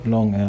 Long